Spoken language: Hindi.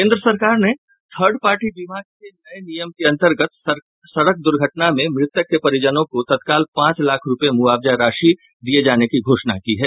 केंद्र सरकार ने थर्ड पार्टी बीमा के नये नियम के अंतर्गत सड़क दुर्घटना में मृतक के परिजनों को तत्काल पांच लाख रूपये मुआवजा राशि दिये जाने की घोषणा की है